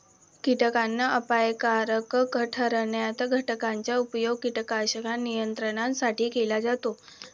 कीटकांना अपायकारक ठरणार्या घटकांचा उपयोग कीटकांच्या नियंत्रणासाठी केला जातो